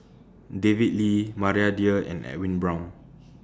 David Lee Maria Dyer and Edwin Brown